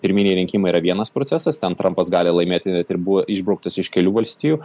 pirminiai rinkimai yra vienas procesas ten trumpas gali laimėti net ir bū išbrauktas iš kelių valstijų